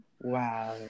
Wow